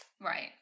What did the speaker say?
Right